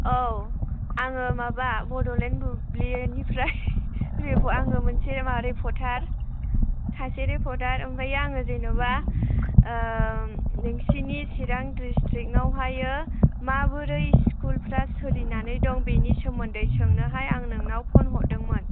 औ आङो माबा बड'लेण्ड बुब्लिनिफ्राय आङो सासे रिपर्टार ओमफ्राय आङो जेनेबा नोंसोरनि चिरां दिस्ट्रिक्टआवहाय माबोरै स्कुलफोरा सोलिनानै दं बेनि सोमोन्दै सोंनो आं नोंनाव फ'न हरदोंमोन